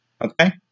Okay